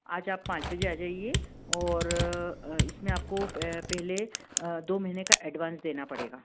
आज आप पाँच बजे आ जाइए और इसमें आपको पहले दो महीने का एडवांस देना पड़ेगा